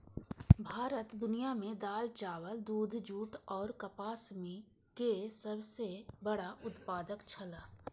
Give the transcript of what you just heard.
भारत दुनिया में दाल, चावल, दूध, जूट और कपास के सब सॉ बड़ा उत्पादक छला